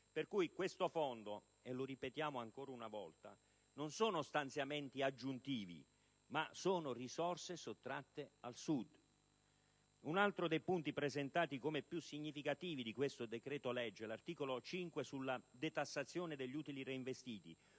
Questo fondo, lo ripetiamo ancora una volta, non è costituito da stanziamenti aggiuntivi ma da risorse sottratte al Sud. Un altro dei punti presentati come più significativi di questo decreto legge, l'articolo 5 sulla detassazione degli utili reinvestiti,